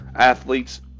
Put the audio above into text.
Athletes